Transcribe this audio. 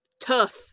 Tough